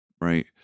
right